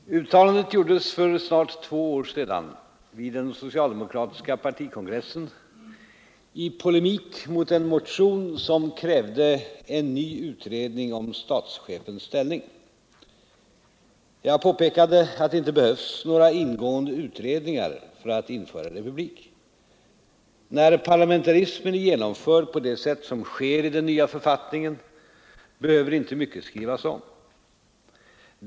Herr talman! Herr Fågelsbo har frågat mig hur jag förklarar mitt yttrande att i den nya författningen ”ingår ett grundlagsfästande av parlamentarismen, vilket är ett stort steg mot införande av republik — sedan är det bara ett penndrag”. Uttalandet gjordes för snart två år sedan vid den socialdemokratiska partikongressen i polemik mot en motion som krävde en ny utredning om statschefens ställning. Jag påpekade att det inte behövdes några ingående utredningar för att införa republik. När parlamentarismen är genomförd på det sätt som sker i den nya författningen behöver inte mycket skrivas om.